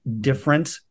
different